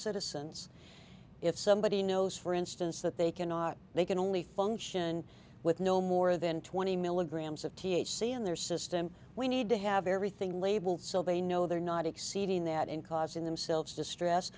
citizens if somebody knows for instance that they cannot they can only function with no more than twenty milligrams of t h c in their system we need to have everything labeled so they know they're not exceeding that and causing themselves distress